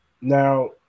now